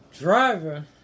driver